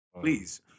Please